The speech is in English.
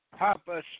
Papa